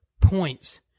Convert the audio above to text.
points